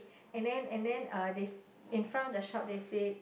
and then and then uh this in front of the shop they say